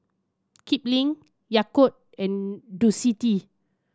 Kipling Yakult and Ducati